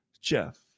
Jeff